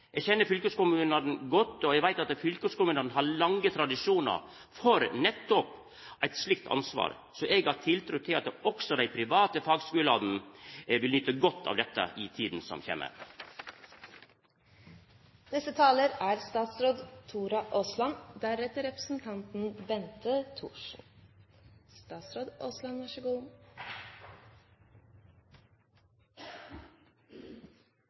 Eg kjenner fylkeskommunane godt, og eg veit at fylkeskommunane har lange tradisjonar for nettopp eit slikt ansvar. Så eg har tiltru til at også dei private fagskulane vil nyta godt av dette i tida som kjem. En av de viktige begrunnelsene for å overføre ansvaret for fagskolene til fylkeskommunene var nettopp det representanten Bremer nå var inne på; det er ulike situasjoner i